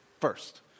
first